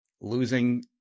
losing